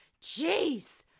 Jeez